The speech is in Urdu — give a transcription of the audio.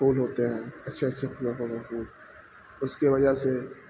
پھول ہوتے ہیں اچھے ا سے خخم ہوئے پھول اس کی وجہ سے